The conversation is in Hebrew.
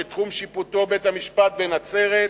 תחום שיפוטו של בית-המשפט בנצרת,